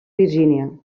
virgínia